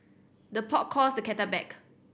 the pot calls the kettle back